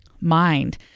Mind